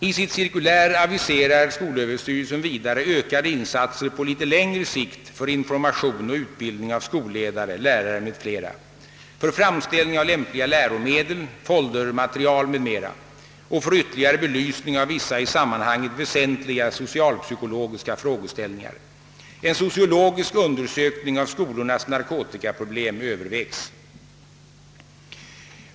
I sitt cirkulär aviserar skolöverstyrelsen vidare ökade insatser på litet längre sikt för information och utbildning av skolledare, lärare m.fl., för framställning av lämpliga läromedel, foldermaterial m.m, och för ytterligare belysning av vissa i sammanhanget väsentliga socialpsykologiska frågeställningar. En sociologisk undersökning av skolornas narkotikaproblem övervägs.